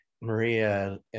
Maria